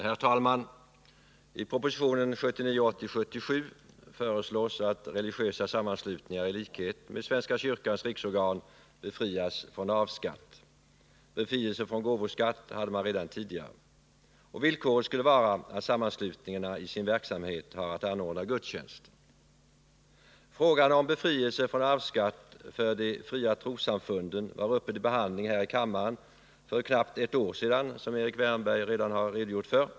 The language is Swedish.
Herr talman! I proposition 1979/80:77 föreslås att religiösa sammanslutningar i likhet med svenska kyrkans riksorgan befrias från arvsskatt. Befrielse från gåvoskatt hade man redan tidigare. Villkoret skulle vara att sammanslutningarna i sin verksamhet har att anordna gudstjänster. Frågan om befrielse från arvsskatt för de fria trossamfunden var uppe till behandling här i kammaren för knappt ett år sedan, som Erik Wärnberg redan har redogjort för.